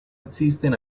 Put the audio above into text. existen